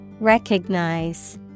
Recognize